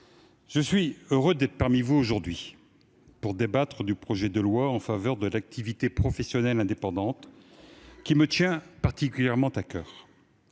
je suis heureux d'être aujourd'hui parmi vous pour débattre du projet de loi en faveur de l'activité professionnelle indépendante, qui me tient particulièrement à coeur.